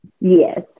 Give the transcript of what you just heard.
Yes